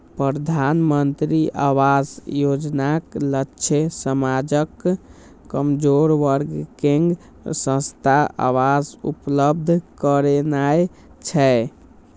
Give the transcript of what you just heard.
प्रधानमंत्री आवास योजनाक लक्ष्य समाजक कमजोर वर्ग कें सस्ता आवास उपलब्ध करेनाय छै